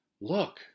Look